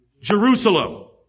Jerusalem